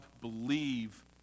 believe